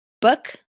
Book